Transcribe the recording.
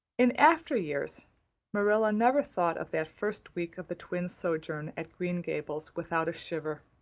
in after years marilla never thought of that first week of the twins' sojourn at green gables without a shiver.